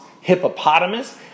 hippopotamus